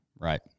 right